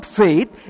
faith